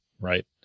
right